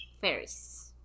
fairies